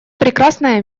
прекрасное